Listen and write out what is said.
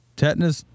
Tetanus